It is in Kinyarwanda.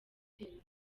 akabariro